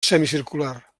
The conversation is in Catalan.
semicircular